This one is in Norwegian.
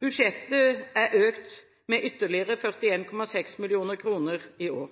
Budsjettet er økt med ytterligere 41,6 mill. kr i år.